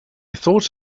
thought